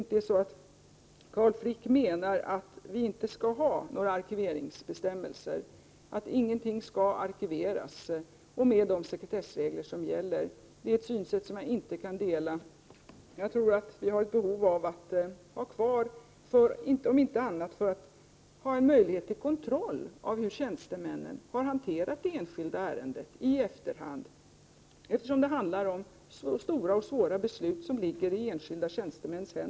Menar kanske Carl Frick att vi inte skall ha några arkiveringsbestämmelser, att ingenting skall arkiveras enligt de sekretessregler som gäller? En sådan uppfattning kan jag inte dela. Jag tror att vi har ett behov av att ha kvar uppgifter — om inte annat så för att ha en möjlighet till kontroll i efterhand av hur en tjänsteman har hanterat ett enskilt ärende. Här handlar det ju om mycket stora och svåra beslut som tjänstemännen har ett ansvar för.